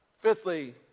Fifthly